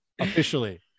officially